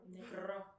Negro